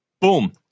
boom